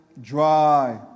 Dry